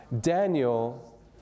Daniel